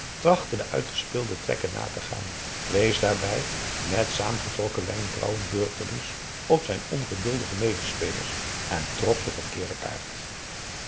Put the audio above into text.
de uitgespeelde trekken na te gaan wees daarbij met saamgetrokken wenkbrauwen beurtelings op zijn ongeduldige mede spelers en trok de verkeerde kaart